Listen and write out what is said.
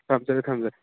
ꯊꯝꯖꯔꯦ ꯊꯝꯖꯔꯦ